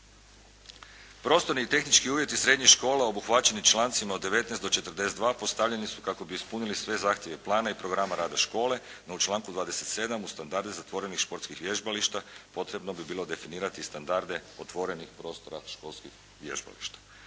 Prostorni i tehnički uvjeti srednjih škola obuhvaćeni člancima od 19. do 42. postavljeni su kako bi ispunili sve zahtjeve plana i programa rada škole, no u članku 27. u standarde zatvorenih športskih vježbališta potrebno bi bilo definirati standarde otvorenih prostora školskih vježbališta.